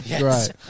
Right